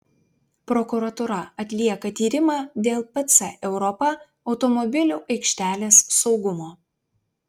prokuratūra atlieka tyrimą dėl pc europa automobilių aikštelės saugumo